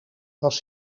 was